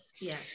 Yes